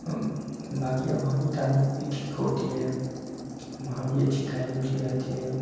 باقی عوامی تعلیم بھی ٹھیک ہوتی ہے وہاں بھی اچھی تعلیم دی جاتی ہے